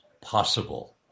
possible